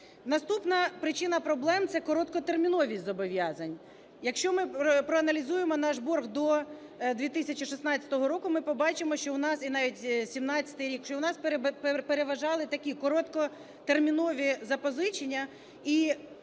Наступна причини проблем – це короткотерміновість зобов'язань. Якщо ми проаналізуємо наш борг до 2016 року, ми побачимо, що у нас, і навіть 17-й рік, що у нас переважали такі короткотермінові запозичення.